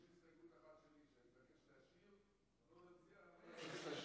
יש הסתייגות אחת שאני מבקש להשאיר --- לא הבנתי,